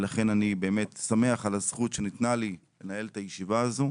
ולכן אני באמת שמח על הזכות שניתנה לי לנהל את הישיבה הזו.